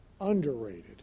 underrated